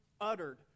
uttered